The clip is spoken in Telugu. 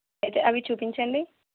అయితే అవి చూపించండి